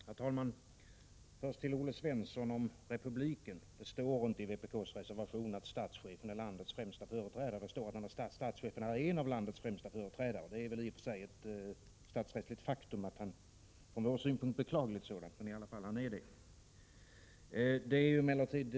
Herr talman! Det står inte i vpk:s reservation i fråga om republik, Olle Svensson, att statschefen är landets främste företrädare, utan det står att han är en av landets främsta företrädare. Det är ett statsrättsligt faktum och från vår synpunkt ett beklagligt sådant. Det är emellertid inte det saken gäller, utan vi har velat peka på två ting. — Prot.